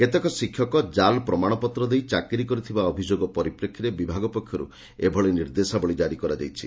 କେତେକ ଶିକ୍ଷକ ଜାଲ୍ ପ୍ରମାଶପତ୍ର ଦେଇ ଚାକିରି କରିଥିବା ଅଭିଯୋଗ ପରିପ୍ରେକ୍ଷୀରେ ବିଭାଗ ପକ୍ଷରୁ ଏଭଳି ନିର୍ଦ୍ଦେଶାବଳୀ ଜାରି କରାଯାଇଛି